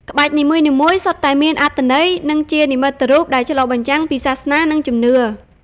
ក្បាច់នីមួយៗសុទ្ធតែមានអត្ថន័យ និងជានិមិត្តរូបដែលឆ្លុះបញ្ចាំងពីសាសនា និងជំនឿ។